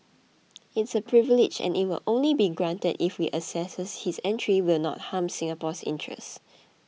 it's a privilege and it will only be granted if we assess his entry will not harm Singapore's interests